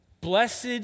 Blessed